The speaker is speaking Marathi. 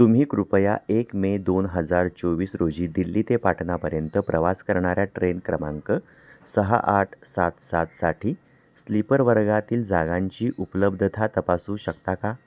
तुम्ही कृपया एक मे दोन हजार चोवीस रोजी दिल्ली ते पाटणापर्यंत प्रवास करणाऱ्या ट्रेन क्रमांक सहा आठ सात सातसाठी स्लीपर वर्गातील जागांची उपलब्धता तपासू शकता का